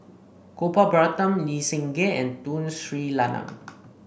Gopal Baratham Lee Seng Gee and Tun Sri Lanang